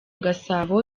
gasabo